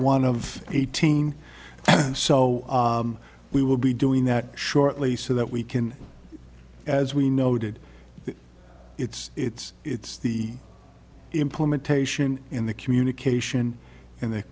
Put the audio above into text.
one of eighteen and so we will be doing that shortly so that we can as we noted it's it's it's the implementation in the communication and the